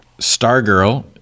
Stargirl